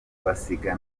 basiga